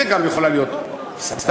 זאת יכולה להיות מסעדה,